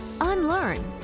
unlearn